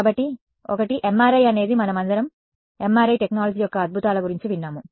కాబట్టి ఒకటి MRI అనేది మనమందరం MRI టెక్నాలజీ యొక్క అద్భుతాల గురించి విన్నాము